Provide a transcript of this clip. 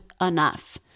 enough